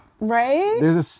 Right